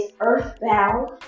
earthbound